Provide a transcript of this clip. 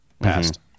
passed